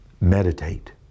meditate